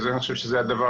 שזה,